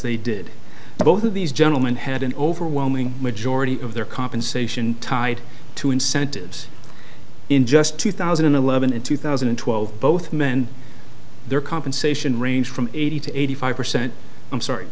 they did both of these gentlemen had an overwhelming majority of their compensation tied to incentives in just two thousand and eleven and two thousand and twelve both men their compensation range from eighty to eighty five percent i'm sorry